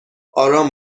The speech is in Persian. آرام